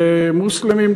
למוסלמים,